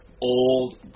old